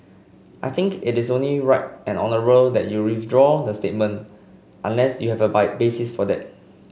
I think it is only right and honourable that you withdraw the statement unless you have a by basis for that